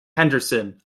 henderson